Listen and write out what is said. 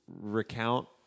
recount